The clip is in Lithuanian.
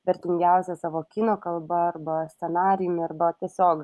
vertingiausias savo kino kalba arba scenarijumi arba tiesiog